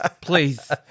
please